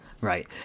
Right